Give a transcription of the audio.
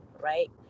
right